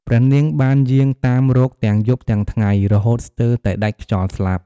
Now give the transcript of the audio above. ព្រះនាងបានយាងតាមរកទាំងយប់ទាំងថ្ងៃ រហូតស្ទើរតែដាច់ខ្យល់ស្លាប់។